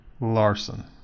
Larson